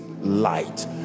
light